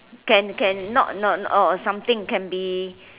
can can not not or something can be